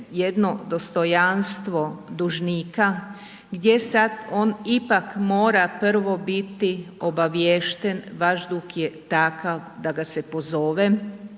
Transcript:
jedno dostojanstvo dužnika gdje sad on ipak mora prvo biti obaviješten, vaš dug je takav da ga se pozove